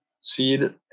seed